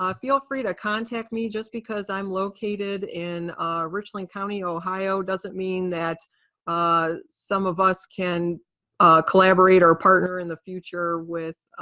um feel free to contact me. just because i'm located in richland county, ohio doesn't mean that some of us can collaborate or partner in the future with